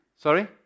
Sorry